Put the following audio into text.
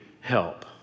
help